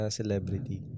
celebrity